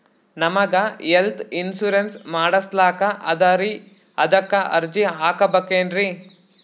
ನಮಗ health insurance ಮಾಡಸ್ಲಾಕ ಅದರಿ ಅದಕ್ಕ ಅರ್ಜಿ ಹಾಕಬಕೇನ್ರಿ?